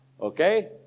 Okay